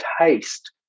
taste